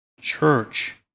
church